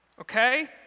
Okay